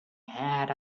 had